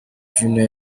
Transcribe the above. junior